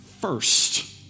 first